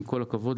עם כל הכבוד,